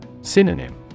Synonym